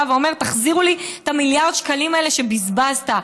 ואומר: תחזירו את מיליארד השקלים האלה שבזבזתם.